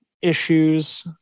issues